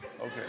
Okay